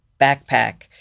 backpack